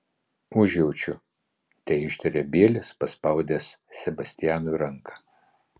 užjaučiu teištarė bielis paspaudęs sebastianui ranką